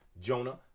Jonah